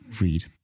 read